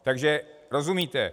Takže rozumíte?